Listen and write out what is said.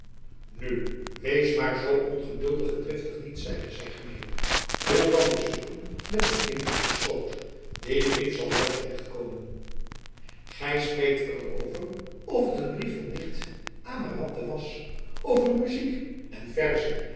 nu wees maar zoo ongeduldig en driftig niet zeide zy gemelijk hoe kan ik zoeken met een kind op den schoot die brief zal wel te recht komen gy spreekt er over of t een brief van nicht amarante was over muziek en vaerzen